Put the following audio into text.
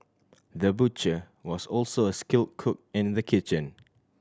the butcher was also a skilled cook in the kitchen